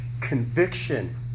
Conviction